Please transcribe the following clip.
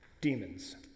Demons